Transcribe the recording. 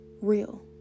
real